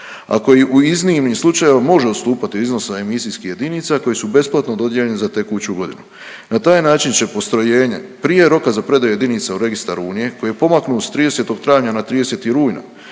ako i u iznimnim slučajevima može odstupati u iznosu emisijskih jedinica koje su besplatno dodijeljene za tekuću godinu, na taj način će postrojenje prije roka za predaju jedinica u registar Unije koji je pomaknut s 30. travnja na 30. rujna